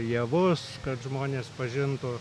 javus kad žmonės pažintų